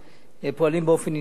פועלים באופן ענייני.